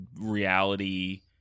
reality